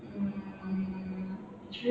mm